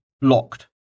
locked